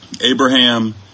Abraham